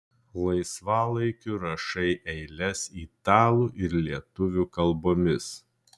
laisvalaikiu rašai eiles italų ir lietuvių kalbomis